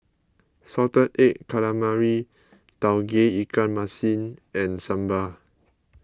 Salted Egg Calamari Tauge Ikan Masin and Sambal